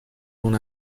اون